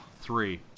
three